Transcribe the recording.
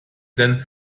denn